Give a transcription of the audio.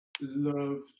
loved